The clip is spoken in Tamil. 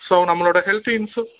ஸோ நம்மளோடய ஹெல்த்து இன்சூ